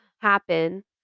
happen